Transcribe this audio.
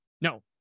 No